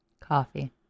Coffee